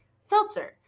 seltzer